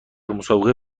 مسابقه